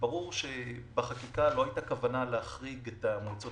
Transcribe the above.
ברור שבחקיקה לא הייתה כוונה להחריג את המועצות